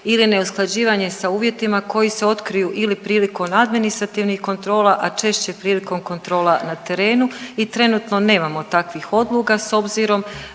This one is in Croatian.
ili neusklađivanje sa uvjetima koji se otkriju ili prilikom administrativnih kontrola, a češće prilikom kontrola na terenu i trenutno nemamo takvih odluka, s obzirom